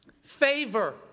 favor